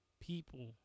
people